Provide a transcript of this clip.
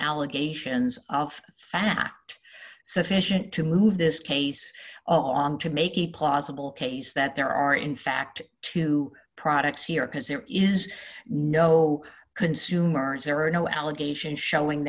allegations of fact sufficient to move this case along to make a plausible case that there are in fact two products here because there is no consumers there are no allegations sh